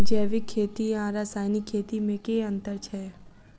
जैविक खेती आ रासायनिक खेती मे केँ अंतर छै?